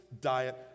diet